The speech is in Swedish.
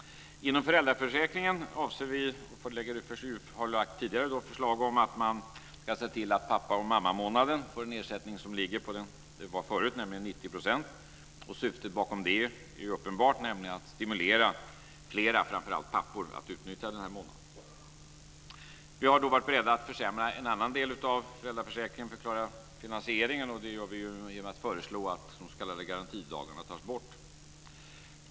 Inom föräldraförsäkringen avser vi och har lagt fram förslag om att se till att pappa och mammamånaden ges en ersättning som ligger på vad den var förut, nämligen 90 %. Syftet är uppenbart, nämligen att stimulera flera framför allt pappor att utnyttja månaden. Vi har då varit beredda att försämra en annan del av föräldraförsäkringen för att klara finansieringen, nämligen genom att föreslå att de s.k. garantidagarna tas bort.